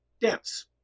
dense